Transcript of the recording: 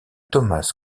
thomas